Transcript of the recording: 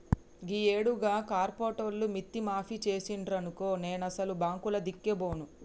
గీయేడు గా కార్పోరేటోళ్లు మిత్తి మాఫి జేసిండ్రనుకో నేనసలు బాంకులదిక్కే బోను